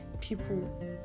people